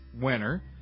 winner